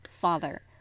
father